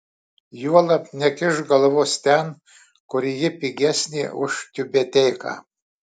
juolab nekišk galvos ten kur ji pigesnė už tiubeteiką